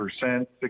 percent